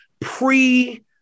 pre